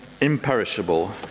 imperishable